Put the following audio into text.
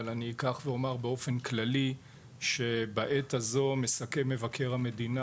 אבל אני אקח ואומר באופן כללי שבעת הזו מסכם מבקר המדינה